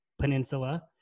Peninsula